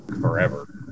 Forever